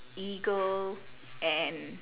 eagle and